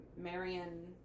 Marion